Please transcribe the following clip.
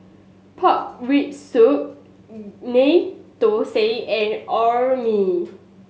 pork rib soup Ghee Thosai and Orh Nee